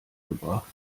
gebracht